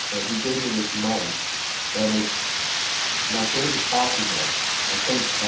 and he gave me this mug and it's my favorite coffee mug i think.